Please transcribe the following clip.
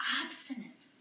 obstinate